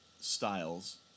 Styles